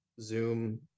zoom